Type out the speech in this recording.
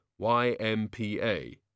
YMPA